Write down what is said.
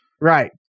right